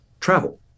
travel